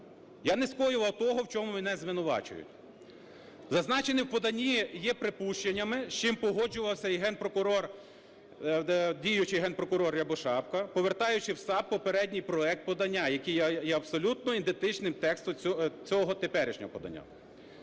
Я не скоював того, в чому мене звинувачують. Зазначене в поданні є припущеннями, з чим погоджувався і Генпрокурор, діючий Генпрокурор Рябошапка, повертаючи в САП попередній проект подання, який є абсолютно ідентичним тексту цього теперішнього подання.